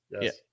Yes